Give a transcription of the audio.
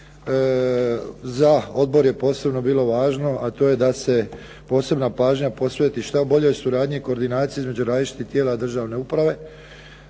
za odbor je posebno bilo važno, a to je da se posebna pažnja posveti što boljoj suradnji i koordinaciji između različitih tijela državne uprave.